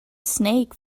snake